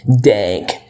dank